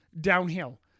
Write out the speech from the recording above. downhill